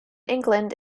england